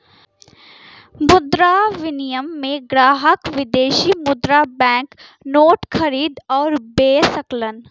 मुद्रा विनिमय में ग्राहक विदेशी मुद्रा बैंक नोट खरीद आउर बे सकलन